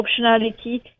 optionality